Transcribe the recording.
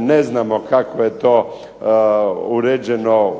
ne znamo kako je to uređeno